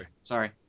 Sorry